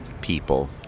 people